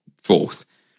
fourth